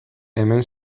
hemen